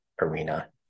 arena